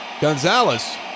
Gonzalez